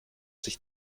sich